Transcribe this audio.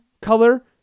color